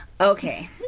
Okay